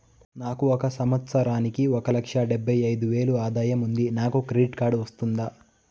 నాకు ఒక సంవత్సరానికి ఒక లక్ష డెబ్బై అయిదు వేలు ఆదాయం ఉంది నాకు క్రెడిట్ కార్డు వస్తుందా?